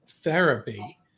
therapy